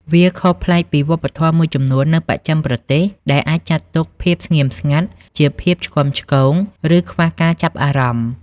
វាខុសប្លែកពីវប្បធម៌មួយចំនួននៅបស្ចិមប្រទេស ដែលអាចចាត់ទុកភាពស្ងៀមស្ងាត់ជាភាពឆ្គាំឆ្គង ឬខ្វះការចាប់អារម្មណ៍។